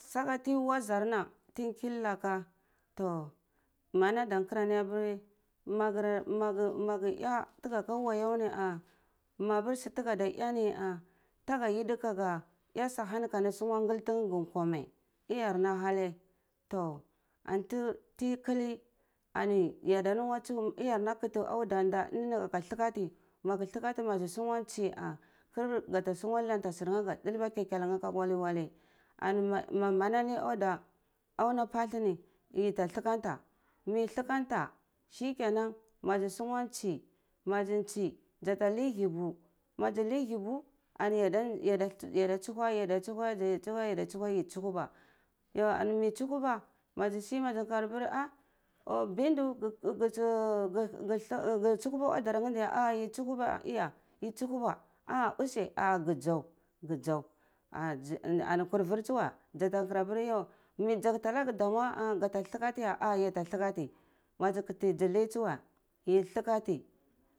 Saka ti wazarna kinlaka toh manda da kara nai apiri magara ma ga eh wayo ni ah mapar su tiga da eh ni taga jidi kaga esu aka kandi su nwa gulng tunye gi nkwa meh iyar na halai toh anto ti kili ani yada nuwa tuhu iyar na kati anda ada ini kaga thakati ma ga thakati maza sungwa tusi are kar gata zowa lanta ka dalba kekelange aka wale-wale ma mana neh auda auna pathlo neh ya ta thakanta meh thlekanta shikenan maza sunwa thsi mazi thsi zata nai hybu ma zi nei hybu ani yeda thsuhe yeda thsuhe yeda thsune yi thsuhuba yu ani mai thsuhuba mazi si za karba ah bindo gi thsuhuba audarni nei ya a yi thsububa iya yi thsuhuba iya useh a ga zau ga zau a ani kor kur thsuwe zata kar apiri ken zakta anaga damoa ka ga thakati ya a yata thakati mazi kati zi ni thuwe yi thlikati